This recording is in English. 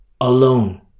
alone